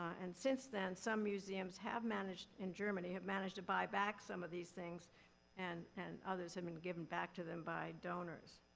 and since then, some museums have managed, in germany, have managed to buy back some of these things and and others have been given back to them by donors.